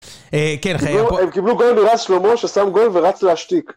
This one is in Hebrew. ‫כן, חייב פה... ‫-הם קיבלו גול מרד שלמה ‫ששם גול ורצה להשתיק.